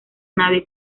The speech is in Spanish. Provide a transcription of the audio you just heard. nave